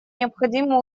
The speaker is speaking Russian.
необходимо